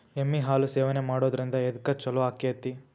ಎಮ್ಮಿ ಹಾಲು ಸೇವನೆ ಮಾಡೋದ್ರಿಂದ ಎದ್ಕ ಛಲೋ ಆಕ್ಕೆತಿ?